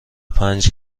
پنج